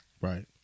right